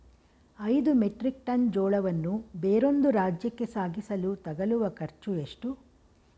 ಐದು metric tonne ಜೋಳವನ್ನು ಬೇರೊಂದು ರಾಜ್ಯಕ್ಕೆ ಸಾಗಿಸಲು ತಗಲುವ ಖರ್ಚು ಎಷ್ಟು?